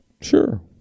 Sure